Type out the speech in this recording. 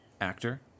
Actor